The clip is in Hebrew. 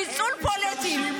ניצול פוליטי.